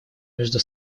между